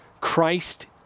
Christ